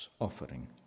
offering